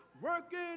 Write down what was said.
working